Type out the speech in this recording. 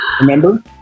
Remember